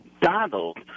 Donald